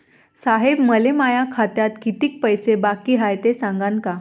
साहेब, मले माया खात्यात कितीक पैसे बाकी हाय, ते सांगान का?